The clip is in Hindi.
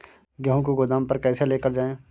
गेहूँ को गोदाम पर कैसे लेकर जाएँ?